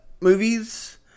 movies